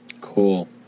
Cool